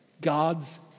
God's